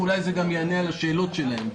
ואולי זה גם יענה על השאלות שלהם.